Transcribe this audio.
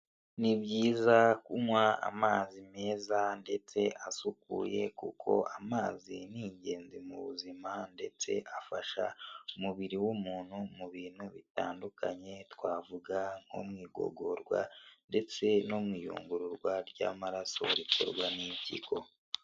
Ni byiza kunywa amazi meza ndetse asukuye kuko amazi ni ingenzi mu buzima, ndetse afasha umubiri w'umuntu mu bintu bitandukanye twavuga nko mu igogorwa, ndetse no mu iyungururwa ry'amaraso riterwa n'impyiko.